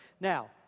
Now